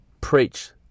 preach